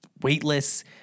weightless